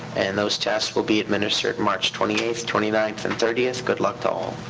and those tests will be administered march twenty eighth, twenty ninth, and thirtieth. good luck to all.